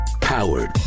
Powered